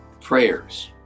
prayers